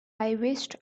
wished